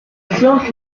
séance